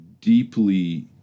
deeply